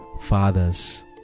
Fathers